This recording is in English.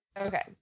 Okay